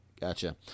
Gotcha